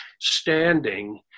standing